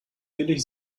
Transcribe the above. billig